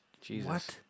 Jesus